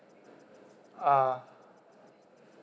uh